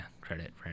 credit